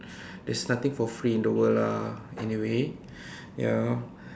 there's nothing for free in the world ah anyway ya